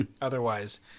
otherwise